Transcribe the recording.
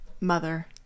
mother